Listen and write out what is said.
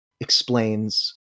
explains